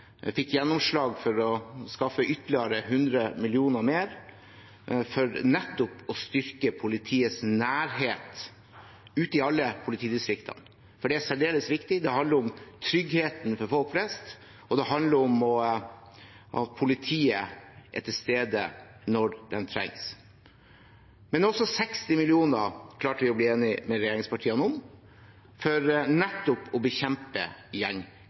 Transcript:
fikk gjennomslag for å skaffe ytterligere 100 mill. kr for nettopp å styrke politiets nærhet ute i alle politidistriktene. For det er særdeles viktig. Det handler om tryggheten for folk flest, og det handler om at politiet er til stede når de trengs. Men også 60 mill. kr klarte vi å bli enige med regjeringspartiene om for nettopp å bekjempe